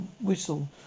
whistle